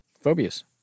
Phobias